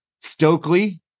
Stokely